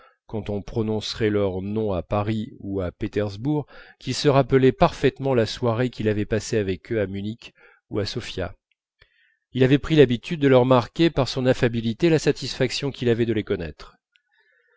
quand on prononcerait leur nom à paris ou à pétersbourg qu'il se rappelait parfaitement la soirée qu'il avait passée avec eux à munich ou à sofia il avait pris l'habitude de leur marquer par son affabilité la satisfaction qu'il avait de les connaître